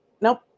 Nope